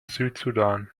südsudan